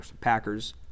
Packers